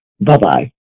Bye-bye